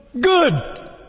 good